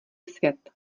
svět